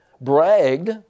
bragged